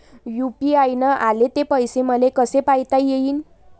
UPI न आले ते पैसे मले कसे पायता येईन?